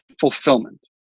fulfillment